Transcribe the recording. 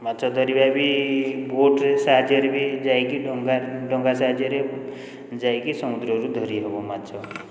ମାଛ ଧରିବା ବି ବୋଟ୍ରେ ସାହାଯ୍ୟରେ ବି ଯାଇକି ଡଙ୍ଗାର ଡଙ୍ଗା ସାହାଯ୍ୟରେ ଯାଇକି ସମୁଦ୍ରରୁ ଧରି ହେବ ମାଛ